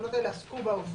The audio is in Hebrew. התקנות האלה עסקו בעובדים,